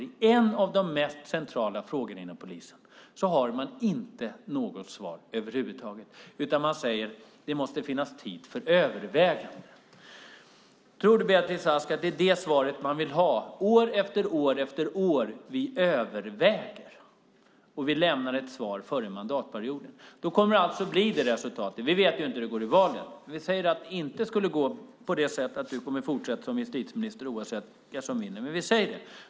På en av de mest centrala frågorna inom polisen har man inte något svar över huvud taget, utan man säger att det måste finnas tid för överväganden. Tror du, Beatrice Ask, att man år efter år vill ha svaret att vi överväger och vi lämnar ett svar före mandatperiodens slut? Vi vet inte hur det går i valet, men låt oss säga att det inte går så att du kommer att fortsätta som justitieminister oavsett vilka som vinner valet.